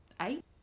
Eight